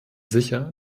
sicher